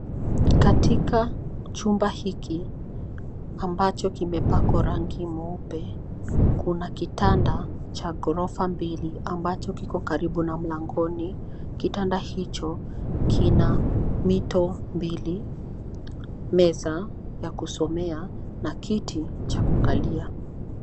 Katika chumba hiki ambacho kimepakwa rangi mweupe, kuna kitanda cha ghorofa mbili ambacho kiko karibu na mlangoni. Kitanda hicho kina mito mbili, meza ya kusomea na kiti cha kukalia.